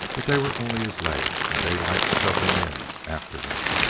but they were only his legs, and daylight shoved them in after him.